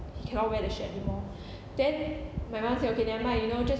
he cannot wear the shirt anymore then my mum say okay never mind you know just